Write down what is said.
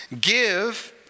Give